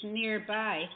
nearby